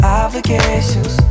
obligations